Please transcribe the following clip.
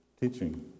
teaching